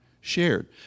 shared